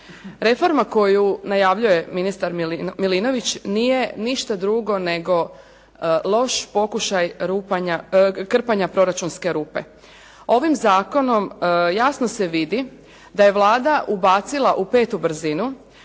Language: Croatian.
Reforma koju najavljuje ministar Milinović nije ništa drugo nego loš pokušaj krpanja proračunske rupe. Ovim zakonom jasno se vidi da je Vlada ubacila u 5. brzinu